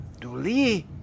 Duli